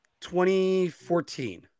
2014